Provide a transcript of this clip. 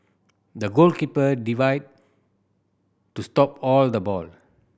the goalkeeper divide to stop all the ball